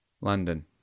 London